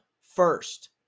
first